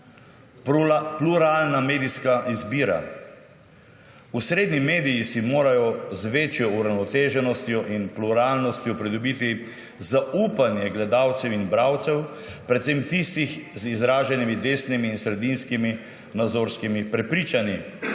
Pluralna medijska izbira − osrednji mediji si morajo z večjo uravnoteženostjo in pluralnostjo pridobiti zaupanje gledalcev in bralcev, predvsem tistih z izraženimi desnimi in sredinskimi nazorskimi prepričanji.